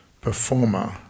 performer